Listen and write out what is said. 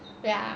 ya